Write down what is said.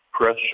pressure